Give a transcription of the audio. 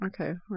Okay